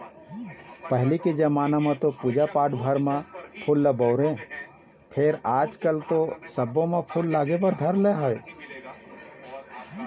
पहिली के जमाना म तो पूजा पाठ भर म फूल ल बउरय फेर आजकल तो सब्बो म फूल लागे भर धर ले हे